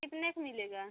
कितने के मिलेगा